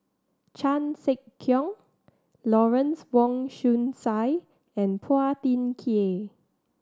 Chan Sek Keong Lawrence Wong Shyun Tsai and Phua Thin Kiay